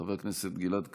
חבר הכנסת גלעד קריב,